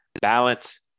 balance